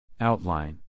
Outline